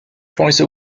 twice